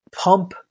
pump